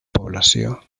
població